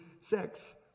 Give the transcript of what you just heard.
sex